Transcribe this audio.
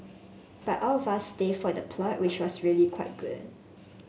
but all of us stay for the plot which was really quite good